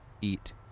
eat